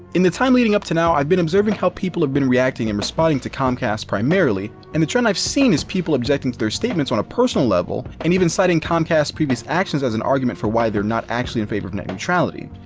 in the time leading up to now, i've been observing how people have been reacting and responding to comcast primarily and the trend i've seen is people objecting to their statements on a personal level, and even citing comcast's previous actions as an argument for why they're not actually in favor of net neutrality,